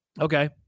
okay